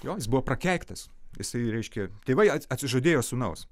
jo jis buvo prakeiktas jisai reiškia tėvai atsižadėjo sūnaus